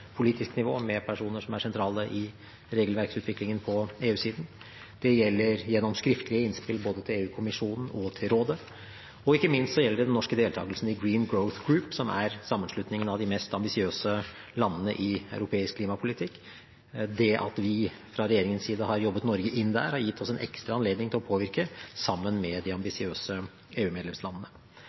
politisk nivå med personer som er sentrale i regelverksutviklingen på EU-siden, det gjelder gjennom skriftlige innspill både til EU-kommisjonen og til rådet, og ikke minst gjelder det den norske deltakelsen i Green Growth Group, som er sammenslutningen av de mest ambisiøse landene i europeisk klimapolitikk. Det at vi fra regjeringens side har jobbet Norge inn der, har gitt oss en ekstra anledning til å påvirke sammen med de ambisiøse